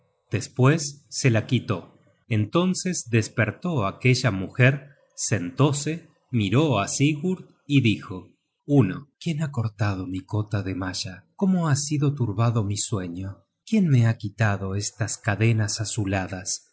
despues se la quitó entonces despertó aquella mujer sentose miró á sigurd y dijo quién ha cortado mi cota de malla cómo ha sido turbado mi sueño quién me ha quitado estas cadenas azuladas